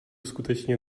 skutečně